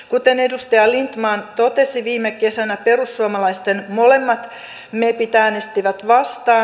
kuten edustaja lindtman totesi viime kesänä perussuomalaisten molemmat mepit äänestivät vastaan